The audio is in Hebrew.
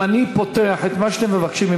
אם אני פותח את מה שאתם מבקשים,